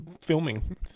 filming